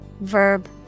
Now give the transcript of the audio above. Verb